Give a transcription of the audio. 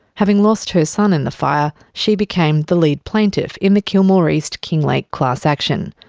having lost her son in the fire, she became the lead plaintiff in the kilmore east-kinglake class action.